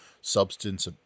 substance